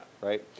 Right